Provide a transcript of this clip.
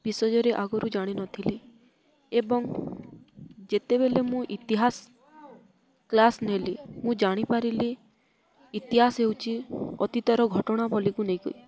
ବିଷୟରେ ଆଗରୁ ଜାଣିନଥିଲି ଏବଂ ଯେତେବେଳେ ମୁଁ ଇତିହାସ କ୍ଲାସ୍ ନେଲି ମୁଁ ଜାଣିପାରିଲି ଇତିହାସ ହେଉଚି ଅତୀତର ଘଟଣାବଳୀକୁ ନେଇକି